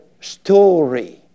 story